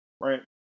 right